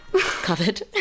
covered